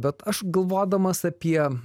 bet aš galvodamas apie